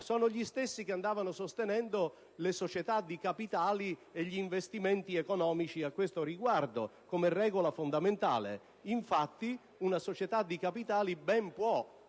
Sono gli stessi che andavano sostenendo le società di capitali e gli investimenti economici a questo riguardo, come regola fondamentale. Infatti, una società di capitali ben può